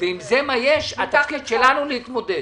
ואם זה מה יש, התפקיד שלנו הוא להתמודד